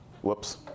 whoops